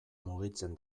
mugitzen